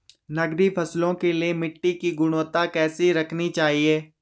नकदी फसलों के लिए मिट्टी की गुणवत्ता कैसी रखनी चाहिए?